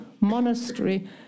monastery